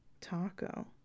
Taco